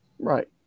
right